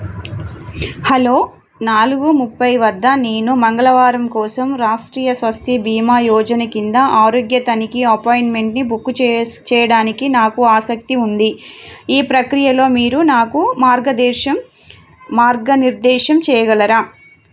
hello నాలుగు ముప్పై వద్ద నేను మంగళవారం కోసం రాష్ట్రీయ స్వాస్థ్య భీమా యోజన కింద ఆరోగ్య తనిఖీ అపాయింట్మెంట్ని బుక్కు చేస్ చేయడానికి నాకు ఆసక్తి ఉంది ఈ ప్రక్రియలో మీరు నాకు మార్గదేశం మార్గనిర్దేశం చేయగలరా